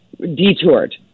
detoured